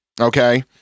okay